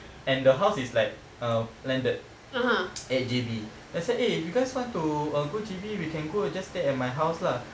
and the house is like err landed at J_B then said eh you guys want to um go J_B we can go just stay at my house lah